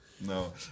No